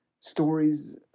stories